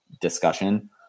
discussion